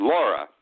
Laura